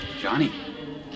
Johnny